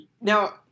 Now